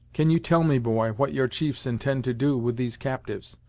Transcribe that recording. can you tell me, boy, what your chiefs intend to do with these captyves,